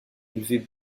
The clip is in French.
élevée